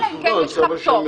אלא אם כן היא צריכה פטור.